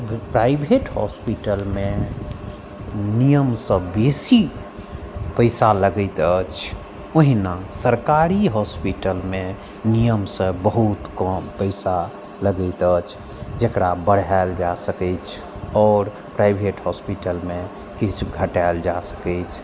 private हॉस्पिटलमे नियमसँ बेसी पैसा लगैत अछि ओहिना सरकारी हॉस्पिटलमे नियमसँ बहुत कम पैसा लगैत अछि जकरा बढ़ाएल जा सकैछ आओर प्राइभेट हॉस्पिटलमे किछु घटाएल जा सकैछ